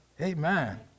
Amen